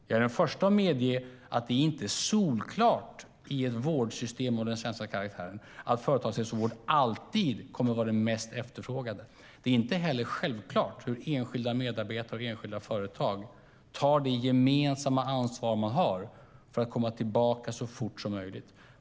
Jag är den förste att medge att det inte är solklart i ett vårdsystem av den svenska karaktären att företagshälsovården alltid kommer att vara den mest efterfrågade. Det är inte heller självklart att enskilda medarbetare och enskilda företag tar det gemensamma ansvar de har för att medarbetarna ska komma tillbaka i arbete så fort som möjligt.